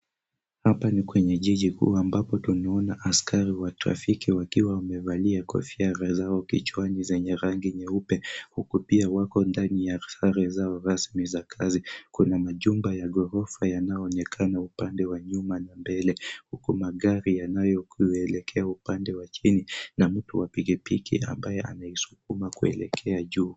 Hapa ni kwenye jiji kuu ambapo tunaona askari wa trafiki wakiwa wamevalia kofia zao kichwani zenye rangi nyeupe huku pia wako ndani ya sare zao rasmi za za kazi .Kwenye majumba ya ghorofa yanayoonekana upande wa nyuma na mbele huku magari yanayoelekea upande wa chini na mtu wa pikipiki ambaye anaisukuma kuelekea juu.